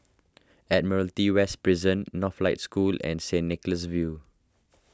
Admiralty West Prison Northlight School and Saint Nicholas View